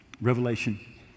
Revelation